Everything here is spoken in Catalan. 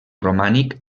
romànic